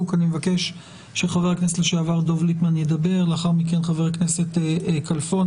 מבקש שחבר הכנסת שלעבר דב ליפמן ידבר ולאחר מכן חבר הכנסת כלפון.